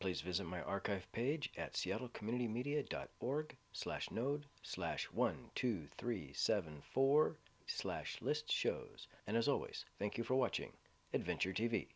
please visit my archive page at seattle community media dot org slash node slash one two three seven four slash list shows and as always thank you for watching adventure t